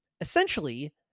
Essentially